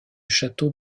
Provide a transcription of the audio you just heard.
château